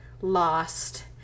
lost